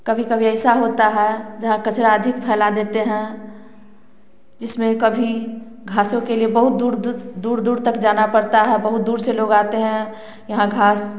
कभी कभी ऐसा होता है जहाँ कचरा अधिक फैला देते हैं जिसमें कभी घासों के लिए बहुत दूर दूर दूर दूर तक जाना पड़ता है बहुत दूर से लोग आते हैं यहाँ घास